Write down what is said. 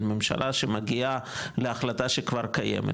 בין ממשלה שמגיעה להחלטה שכבר קיימת,